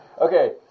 Okay